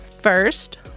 First